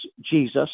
Jesus